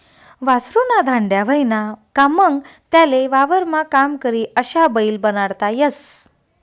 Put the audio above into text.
वासरु ना धांड्या व्हयना का मंग त्याले वावरमा काम करी अशा बैल बनाडता येस